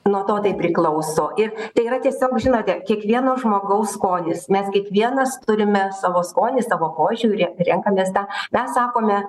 nuo to tai priklauso ir tai yra tiesiog žinote kiekvieno žmogaus skonis mes kiekvienas turime savo skonį savo požiūrį renkamės tą mes sakome